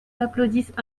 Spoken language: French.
m’applaudissent